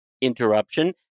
interruption